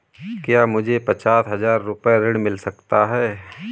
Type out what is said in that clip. क्या मुझे पचास हजार रूपए ऋण मिल सकता है?